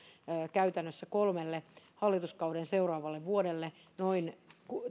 käytännössä kolmelle hallituskauden seuraavalle vuodelle noin